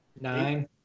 nine